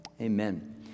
Amen